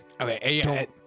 Okay